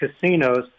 casinos